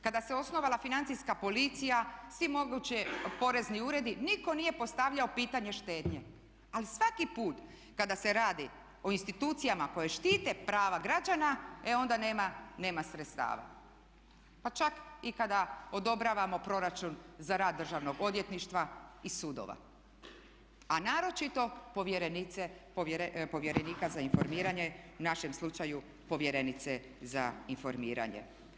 Kada se osnovala financijska policija svi mogući porezni uredi, nitko nije postavljao pitanje štednje, ali svaki put kada se radi o institucijama koje štite prava građana, e onda nema sredstava, pa čak i kada odobravamo proračun za rad Državnog odvjetništva i sudova, a naročito povjerenika za informiranje u našem slučaju povjerenice za informiranje.